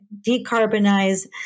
decarbonize